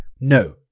No